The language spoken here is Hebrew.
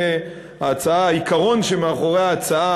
העיקרון שמאחורי ההצעה,